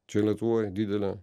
čia lietuvoj didelė